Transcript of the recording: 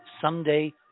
someday